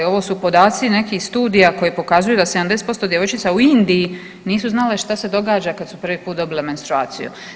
Ovo su podaci nekih studija koji pokazuju da 70% djevojčica u Indiji nisu znale što se događa kada su prvi put dobile menstruaciju.